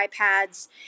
iPads